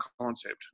concept